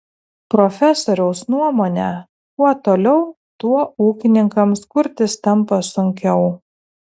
profesoriaus nuomone kuo toliau tuo ūkininkams kurtis tampa sunkiau